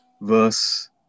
Verse